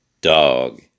Dog